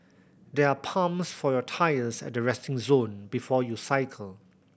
there are pumps for your tyres at the resting zone before you cycle